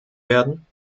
werden